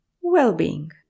Well-being